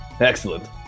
Excellent